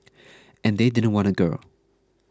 and they didn't want a girl